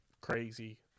Crazy